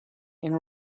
and